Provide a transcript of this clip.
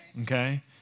Okay